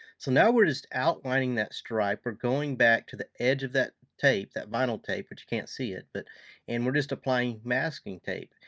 so now we're just outlining that stripe. we're going back to the edge of that tape, that vinyl tape, which you can't see it, but and we're just applying masking tape,